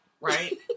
right